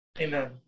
Amen